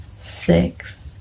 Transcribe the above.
six